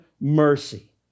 mercy